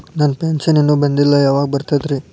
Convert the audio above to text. ನನ್ನ ಪೆನ್ಶನ್ ಇನ್ನೂ ಬಂದಿಲ್ಲ ಯಾವಾಗ ಬರ್ತದ್ರಿ?